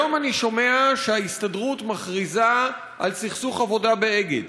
היום אני שומע שההסתדרות מכריזה על סכסוך עבודה ב"אגד",